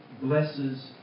blesses